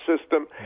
system